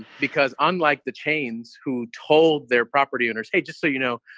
because unlike the chains who told their property owners, hey, just so you know,